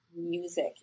music